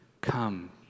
Come